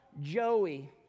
Joey